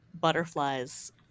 butterflies